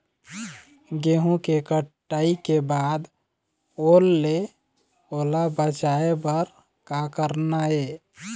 गेहूं के कटाई के बाद ओल ले ओला बचाए बर का करना ये?